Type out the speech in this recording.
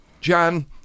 John